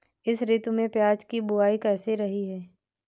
इस ऋतु में प्याज की बुआई कैसी रही है?